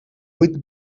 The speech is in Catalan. vuits